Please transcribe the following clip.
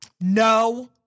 No